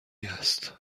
است